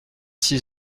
six